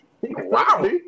Wow